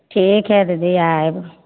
ठीक हइ दीदी आयब